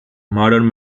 modern